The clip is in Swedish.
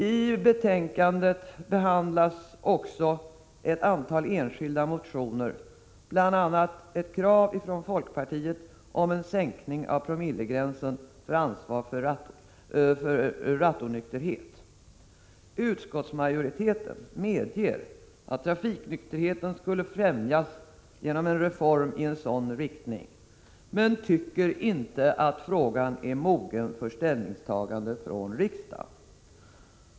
I betänkandet behandlas också ett antal enskilda motioner, bl.a. ett krav från folkpartiet om en sänkning av promillegränsen när det gäller ansvar för rattonykterhet. Utskottsmajoriteten medger att trafiksäkerheten skulle främjas genom en reform i en sådan riktning, men tycker inte att frågan är mogen för ett ställningstagande från riksdagen.